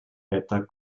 wetter